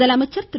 முதலமைச்சர் திரு